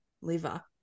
liver